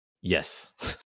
Yes